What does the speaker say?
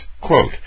Quote